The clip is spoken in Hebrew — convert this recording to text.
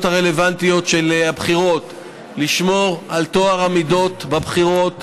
הרלוונטיות של הבחירות לשמור על טוהר המידות בבחירות,